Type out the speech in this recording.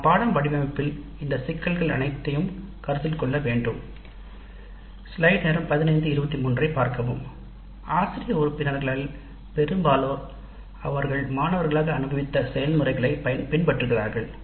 நாம் பாடநெறி வடிவமைப்பில் இந்த சிக்கல்கள் வீட்டையும் அனைத்தையும் பார்க்க வேண்டும் ஆசிரிய உறுப்பினர்களில் பெரும்பாலோர் அவர்கள் மாணவர்களாக அனுபவித்த செயல்முறைகளைப் பின்பற்றுகிறார்கள்